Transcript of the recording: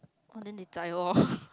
oh then they die lor